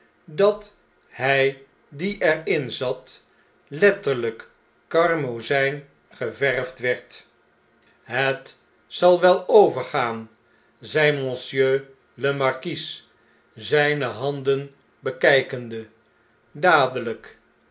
dat hy die er inzat letterlijk karmozfln geverfd werd het zal wel overgaan zei monsieur le marquis zijne handen bekijkende dadelh'k